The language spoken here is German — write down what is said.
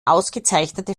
ausgezeichnete